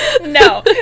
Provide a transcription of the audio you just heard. No